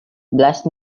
blast